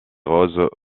roses